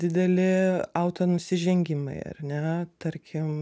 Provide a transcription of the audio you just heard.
dideli autonusižengimai ar ne tarkim